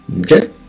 okay